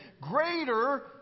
Greater